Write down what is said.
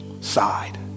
side